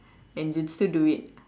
and you'd still do it